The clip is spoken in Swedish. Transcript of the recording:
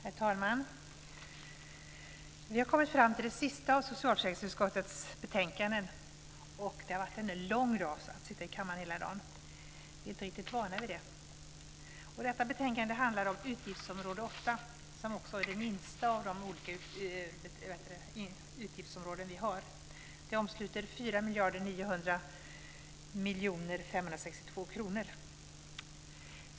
Herr talman! Vi har kommit fram till det sista av socialförsäkringsutskottets betänkanden. Det har varit en lång dag. Vi har suttit i kammaren hela dagen, och vi är inte riktigt vana vid det. Detta betänkande handlar om utgiftsområde 8, vilket är det minsta av våra utgiftsområden. Det omsluter 4 900 562 000 kronor.